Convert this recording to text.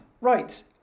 Right